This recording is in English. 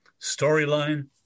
storyline